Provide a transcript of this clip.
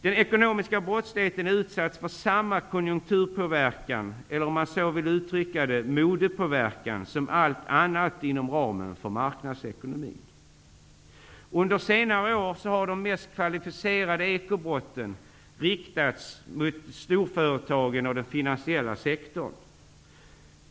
Den ekonomiska brottsligheten utsätts för samma konjunkturpåverkan eller, om man så vill uttrycka det, modepåverkan som allt annat inom ramen för marknadsekonomin. Under senare år har de mest kvalificerade ekobrotten riktats mot storföretagen och den finansiella sektorn.